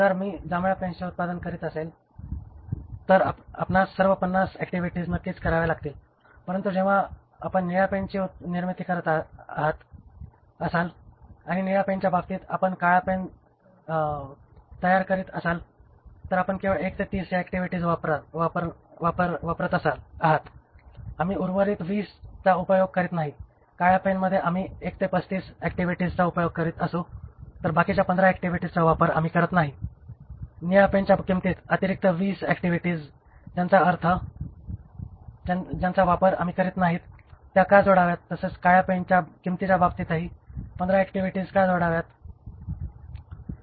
जर मी जांभळ्या पेनचे उत्पादन करीत असेल तर आपणास सर्व 50 ऍक्टिव्हिटीज नक्कीच कराव्या लागतील परंतु जेव्हा आपण निळ्या पेनची निर्मिती करीत असाल आणि निळ्या पेनच्या बाबतीत आपण काळा पेन तयार करीत असाल तर आपण केवळ 1 ते 30 ऍक्टिव्हिटीज वापरत आहात आम्ही उर्वरित 20 चा उपयोग करीत नाही काळ्या पेनमध्ये आम्ही 1 ते 35 ऍक्टिव्हिटीजचा उपयोग करीत असू तर बाकीच्या 15 ऍक्टिव्हिटीजचा वापर आम्ही करत नाही निळ्या पेनच्या किंमतीत अतिरिक्त 20 ऍक्टिव्हिटीज ज्यांचा आम्ही वापर करीत नाही त्या का जोडाव्यात आणि तसेच काळ्या पेनच्या किंमतीच्या बाबतीतही 15 ऍक्टिव्हिटीज का जोडाव्यात